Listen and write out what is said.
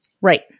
Right